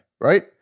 right